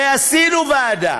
הרי עשינו ועדה.